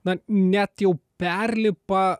na net jau perlipa